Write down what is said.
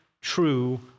true